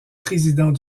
président